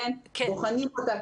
אנחנו בוחנים אותה,